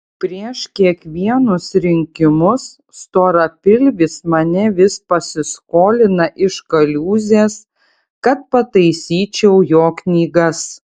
prieš kiekvienus rinkimus storapilvis mane vis pasiskolina iš kaliūzės kad pataisyčiau jo knygas